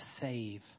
save